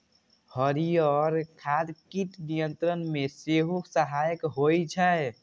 हरियर खाद कीट नियंत्रण मे सेहो सहायक होइ छै